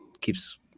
keeps